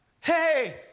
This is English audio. Hey